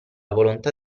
volontà